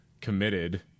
committed